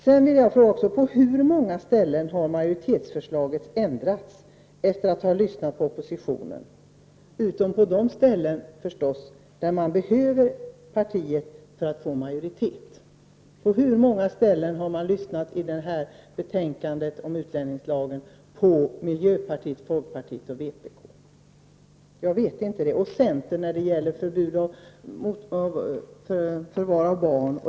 Sedan vill jag fråga: På hur många ställen har majoritetsförslaget ändrats efter det att man har lyssnat på oppositionen, förutom på de punkter förstås där man har behövt partiet för att få majoritet? På hur många punkter har man lyssnat på miljöpartiet, folkpartiet och vänsterpartiet? Jag vet inte. Och har man lyssnat på centern när det gäller förvar av barn?